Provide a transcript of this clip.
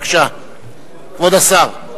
בבקשה, כבוד השר.